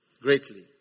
greatly